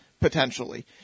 potentially